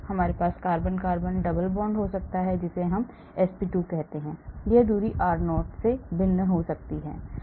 हमारे पास carbon carbon double bond हो सकता है जिसे हम sp2 कहते हैं वह दूरी r0 भिन्न हो सकती है